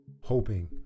hoping